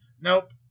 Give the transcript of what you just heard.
Nope